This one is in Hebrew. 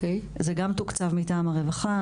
זה גם תוקצב מטעם הרווחה.